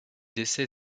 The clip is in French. décès